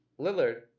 Lillard